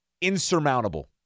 insurmountable